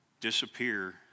Disappear